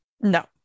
No